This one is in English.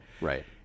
Right